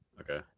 okay